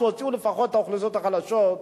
תוציאו לפחות את האוכלוסיות החלשות,